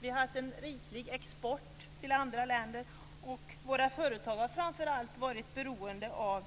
Vi har haft en riklig export till andra länder, och våra företag har framför allt varit beroende av